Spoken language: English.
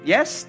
Yes